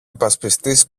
υπασπιστής